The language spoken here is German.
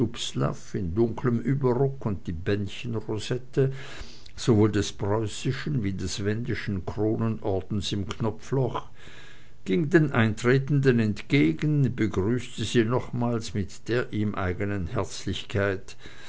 dunkelm überrock und die bändchenrosette sowohl des preußischen wie des wendischen kronenordens im knopfloch ging den eintretenden entgegen begrüßte sie nochmals mit der ihm eignen herzlichkeit